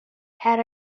had